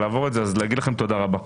אם כן, רציתי לומר לכם תודה רבה.